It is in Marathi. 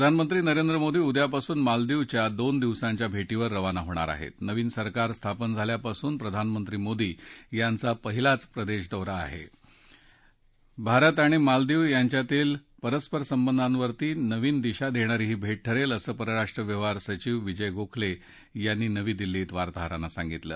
प्रधानमंत्री नरेंद्र मोदी उदयापासून मालदीवच्या दोन दिवसांच्या भार्मिर खाना होणार आहत्त नवीन सरकार स्थापन झाल्यापासून प्रधानमंत्री मोदी यांचा पहिलाच प्रदक्षदौरा आह भारत आणि मालदीव यांच्यातील परस्पर संबंधांवर नवीन दिशा दक्षारी ही भा ठरद्य असं परराष्ट्र व्यवहार सचिव विजय गोखल्रिंनी नवी दिल्लीत वार्ताहरांना सांगितलं